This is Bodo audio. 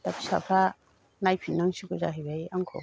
दा फिसाफ्रा नायफिननांसिगौ जाहैबाय आंखौ